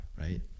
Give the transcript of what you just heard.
right